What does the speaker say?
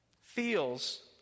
feels